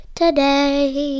today